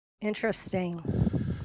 Interesting